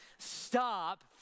Stop